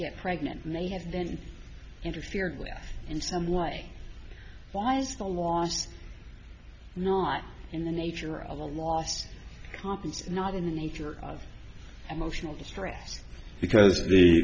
get pregnant and they have been interfered with in some way why is the loss not in the nature of the loss not in the nature of emotional distress because